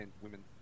women